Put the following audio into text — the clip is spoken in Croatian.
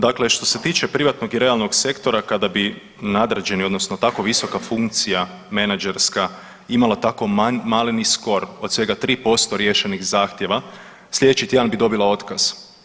Dakle, što se tiče privatnog i realnog sektora kada bi nadređeni, odnosno tako visoka funkcija menadžerska imala tako maleni scor od svega 3% riješenih zahtjeva sljedeći tjedan bi dobila otkaz.